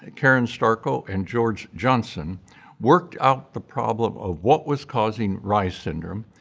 karen starko and george johnson worked out the problem of what was causing reye's syndrome,